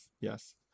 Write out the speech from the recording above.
yes